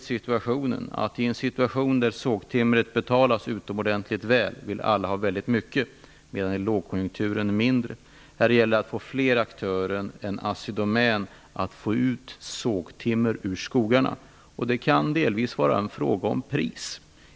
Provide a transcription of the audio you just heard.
I ett läge där sågtimret betalas utomordentligt väl vill alla ha mycket, medan i lågkonjunkturer vill de ha mindre. Det gäller att få fler aktörer än Assidomän att flytta sågtimret ut ur skogarna. Det kan delvis vara en fråga om pris.